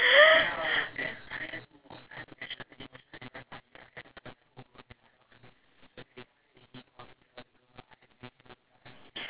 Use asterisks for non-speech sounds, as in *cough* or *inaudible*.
*noise*